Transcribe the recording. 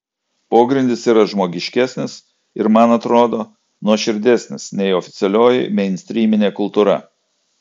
pogrindis yra žmogiškesnis ir man atrodo nuoširdesnis nei oficialioji mainstryminė kultūra